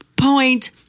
point